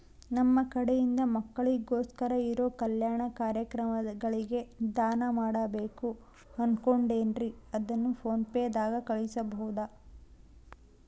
ನಮ್ಮ ಕಡೆಯಿಂದ ಮಕ್ಕಳಿಗೋಸ್ಕರ ಇರೋ ಕಲ್ಯಾಣ ಕಾರ್ಯಕ್ರಮಗಳಿಗೆ ದಾನ ಮಾಡಬೇಕು ಅನುಕೊಂಡಿನ್ರೇ ಅದನ್ನು ಪೋನ್ ಪೇ ದಾಗ ಕಳುಹಿಸಬಹುದಾ?